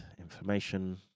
Information